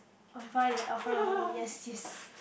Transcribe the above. I will find that Alfa Romeo yes yes